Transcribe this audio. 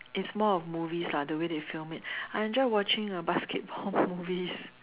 it's more of movies lah the way they film it I enjoy watching uh basketball movies